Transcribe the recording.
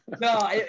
No